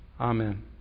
Amen